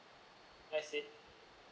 I see